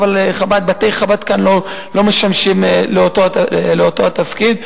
אבל בתי-חב"ד כאן לא משמשים באותו התפקיד.